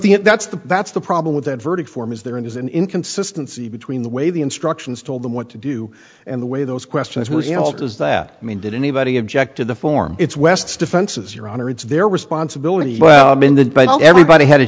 if that's the that's the problem with that verdict form is there is an inconsistency between the way the instructions told them what to do and the way those questions were held is that i mean did anybody object to the form it's west's defenses your honor it's their responsibility but everybody had a